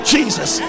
Jesus